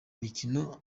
mikino